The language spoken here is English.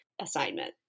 assignment